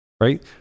right